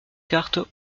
cartes